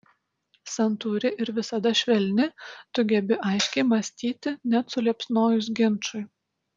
santūri ir visada švelni tu gebi aiškiai mąstyti net suliepsnojus ginčui